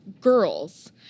girls